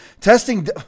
testing